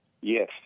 Yes